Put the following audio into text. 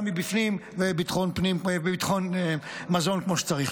גם מבפנים וביטחון מזון כמו שצריך.